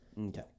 Okay